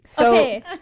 Okay